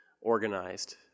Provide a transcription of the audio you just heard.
organized